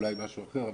אולי משהו אחר,